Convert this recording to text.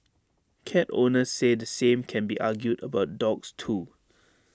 cat owners say the same can be argued about dogs too